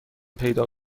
پیدا